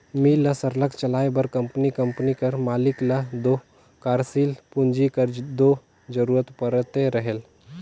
मील ल सरलग चलाए बर कंपनी कंपनी कर मालिक ल दो कारसील पूंजी कर दो जरूरत परते रहेल